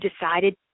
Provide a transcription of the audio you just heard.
decided